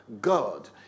God